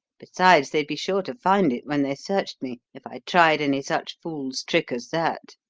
besides, they'd be sure to find it when they searched me if i tried any such fool's trick as that.